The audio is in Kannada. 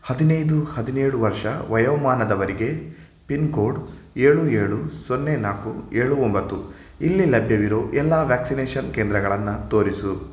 ಹದಿನೈದು ಹದಿನೇಳು ವರ್ಷ ವಯೋಮಾನದವರಿಗೆ ಪಿನ್ಕೋಡ್ ಏಳು ಏಳು ಸೊನ್ನೆ ನಾಲ್ಕು ಏಳು ಒಂಬತ್ತು ಇಲ್ಲಿ ಲಭ್ಯವಿರೋ ಎಲ್ಲ ವ್ಯಾಕ್ಸಿನೇಷನ್ ಕೇಂದ್ರಗಳನ್ನು ತೋರಿಸು